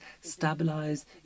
stabilize